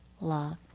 love